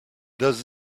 does